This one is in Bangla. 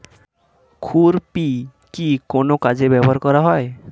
খুরপি কি কোন কাজে ব্যবহার করা হয়?